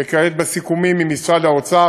וכעת בסיכומים התקציביים עם משרד האוצר,